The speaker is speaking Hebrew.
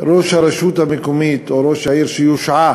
ראש הרשות המקומית או ראש העיר שיושעה